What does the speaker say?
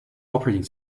operating